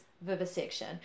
vivisection